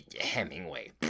Hemingway